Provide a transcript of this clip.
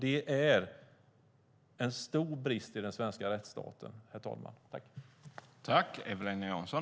Det är en stor brist i den svenska rättsstaten, herr talman.